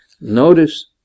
Notice